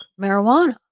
marijuana